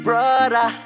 Brother